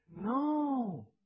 No